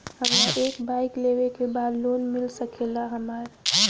हमरा एक बाइक लेवे के बा लोन मिल सकेला हमरा?